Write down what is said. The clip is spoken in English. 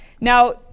Now